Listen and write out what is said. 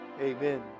amen